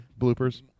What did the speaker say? bloopers